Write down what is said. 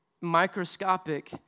microscopic